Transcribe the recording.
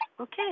Okay